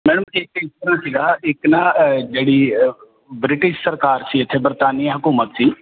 ma'am ਸੀਗਾ ਇੱਕ ਨਾ ਜਿਹੜੀ ਬ੍ਰਿਟਿਸ਼ ਸਰਕਾਰ ਸੀ ਇੱਥੇ ਬਰਤਾਨੀਆ ਹਕੂਮਤ ਸੀ